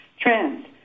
trends